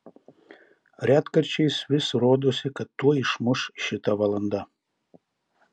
retkarčiais vis rodosi kad tuoj išmuš šita valanda